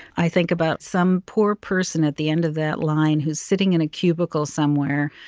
i think about some poor person at the end of that line who's sitting in a cubicle somewhere,